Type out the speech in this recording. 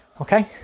okay